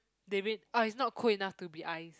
they read ah it's not cool enough to be ice